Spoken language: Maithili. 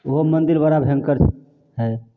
ओहो मन्दिर बड़ा भयङ्कर हइ